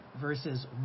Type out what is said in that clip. verses